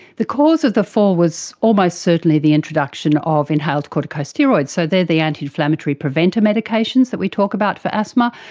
the cause of the fall was almost certainly the introduction of inhaled corticosteroids. so they are the anti-inflammatory preventer medications that we talk about for asthma,